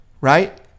right